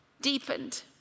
deepened